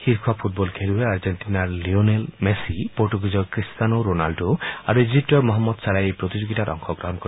শীৰ্ষ ফুটবল খেলুৱৈ আৰ্জেণ্টিনাৰ লিঅনেল মেছী পৰ্টুগীজৰ ক্ৰিষ্টানো ৰোণাল্ডো আৰু ইজিপ্তৰ মহম্মদ ছালাই এই প্ৰতিযোগিতাত অংশগ্ৰহণ কৰিব